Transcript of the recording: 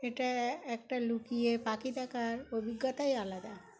এটা একটা লুকিয়ে পাখি থাকার অভিজ্ঞতাই আলাদা